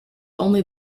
only